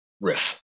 riff